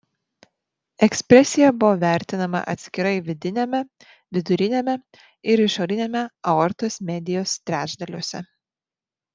ekspresija buvo vertinama atskirai vidiniame viduriniame ir išoriniame aortos medijos trečdaliuose